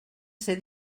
ser